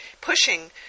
pushing